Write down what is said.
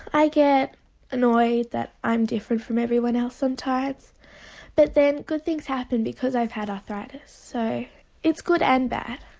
i get annoyed that i'm different from everyone else sometimes but then good things happen because i've had arthritis. so it's good and bad.